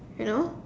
you know